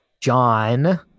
john